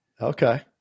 Okay